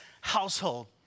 household